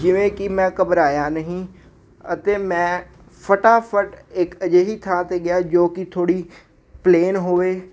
ਜਿਵੇਂ ਕਿ ਮੈਂ ਘਬਰਾਇਆ ਨਹੀਂ ਅਤੇ ਮੈਂ ਫਟਾਫਟ ਇੱਕ ਅਜਿਹੀ ਥਾਂ 'ਤੇ ਗਿਆ ਜੋ ਕਿ ਥੋੜ੍ਹੀ ਪਲੇਨ ਹੋਵੇ